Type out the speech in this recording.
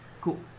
cool